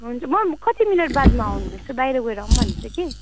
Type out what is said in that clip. हुन्छ म कति मिनट बादमा आउनु यसो बाहिर गएर आऊँ भनेर कि